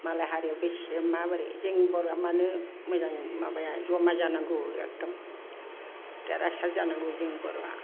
मालाय हारियाव बेसे माबोरै जोंनि बर'फ्रा मानो मोजाङै माबाया जमा जानांगौ एखदम देरहासार जानांगौ जोंनि बर'आ